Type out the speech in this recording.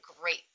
great